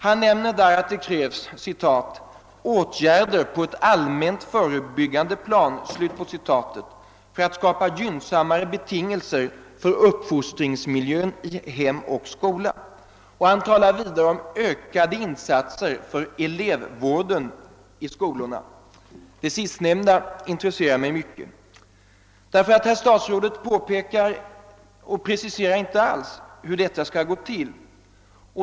Han nämner i detta sammanhang att det krävs »åtgärder på ett allmänt förebyggande plan« för att skapa gynnsammare betingelser för uppfostringsmiljön i hem och skola. Han talar vidare om ökade insatser för elevvården i skolorna. Det sistnämnda intresserar mig mycket; herr statsrådet preciserar nämligen inte alls hur det skall gå till.